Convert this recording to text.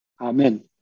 Amen